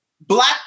Black